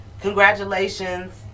congratulations